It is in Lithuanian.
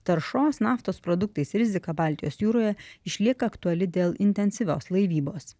taršos naftos produktais rizika baltijos jūroje išlieka aktuali dėl intensyvios laivybos